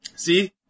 See